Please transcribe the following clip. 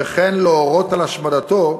וכן להורות על השמדתו,